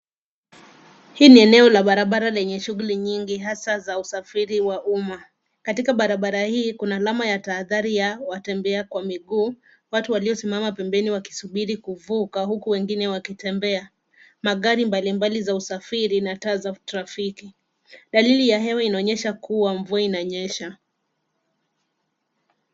Hii ni eneo la barabara lenye shuguli nyingi hasa za usafiri wa umma. Katika barabara hii, kuna alama ya tahadhari ya watembea kwa miguu, watu waliosimama pembeni wakisubiri kuvuka huku wengine wakitembea. Magari mbalimbali za usafiri na taa za trafiki. Dalili ya hewa inaonyesha kuwa mvua inanyesha.